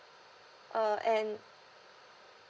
uh and